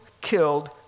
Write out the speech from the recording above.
killed